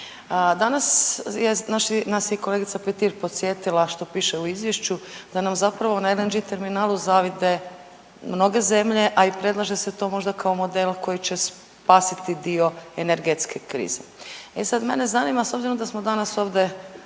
danas je nas je i kolegica Petir podsjetila što piše u izvješću da nam zapravo na LNG terminalu zavide mnoge zemlje, a i predlaže se to možda kao model koji će spasiti dio energetske krize. E sad mene zanima s obzirom da smo danas ovde